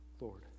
Lord